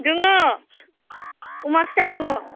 दङ अमा फिसा दङ